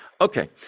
Okay